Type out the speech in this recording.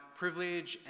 privilege